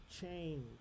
change